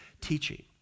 teaching